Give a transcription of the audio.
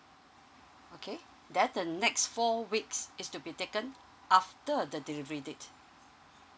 okay then the next four weeks is to be taken after the delivery date